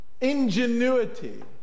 ingenuity